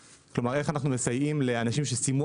כלומר: איך אנחנו מסייעים לאנשים שסיימו